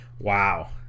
Wow